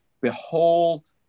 Behold